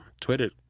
Twitter